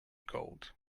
cold